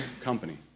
company